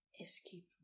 escape